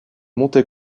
montées